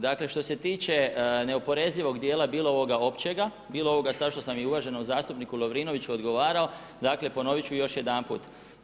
Dakle, što se tiče neoporezivog dijela bilo ovoga općega, bilo sada ovoga sad što sam sada uvaženom zastupniku Lovrinoviću odgovarao, dakle, ponovit ću još jedanput.